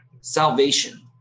salvation